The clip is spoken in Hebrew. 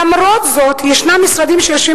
למרות זאת ישנם משרדים שיושבים